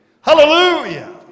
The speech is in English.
Hallelujah